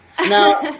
Now